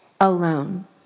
alone